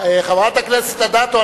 חברת הכנסת אדטו,